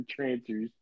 Trancers